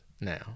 now